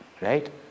right